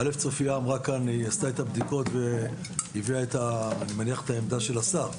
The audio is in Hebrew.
צופיה עשתה את הבדיקה ואני מניח שהיא הביאה את עמדת השר.